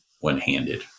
one-handed